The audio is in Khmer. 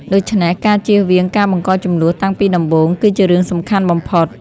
ដូច្នេះ ការជៀសវាងការបង្កជម្លោះតាំងពីដំបូង គឺជារឿងសំខាន់បំផុត។